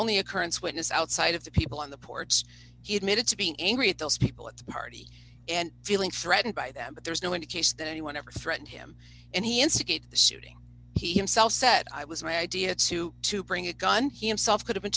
only occurrence witness outside of the people on the porch he admitted to being angry at those people at the party and feeling threatened by them but there's no indication that anyone ever threatened him and he instigated the shooting he himself said i was my idea too to bring a gun he himself could have been